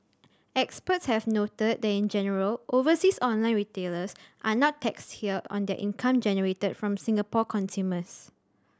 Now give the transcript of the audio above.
experts have noted that in general overseas online retailers are not taxed here on their income generated from Singapore consumers